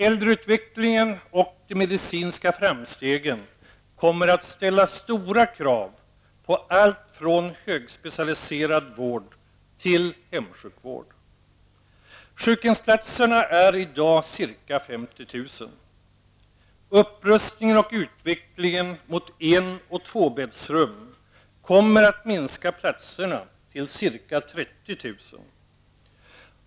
Äldreutvecklingen och de medicinska framstegen kommer att ställa stora krav på allt från högspecialiserad vård till hemsjukvård. Upprustningen och utvecklingen mot en och tvåbäddsrum kommer att minska antalet platser till ca 30 000.